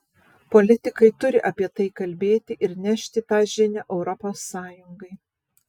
politikai turi apie tai kalbėti ir nešti tą žinią europos sąjungai